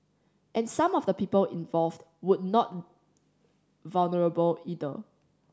and some of the people involved would not vulnerable either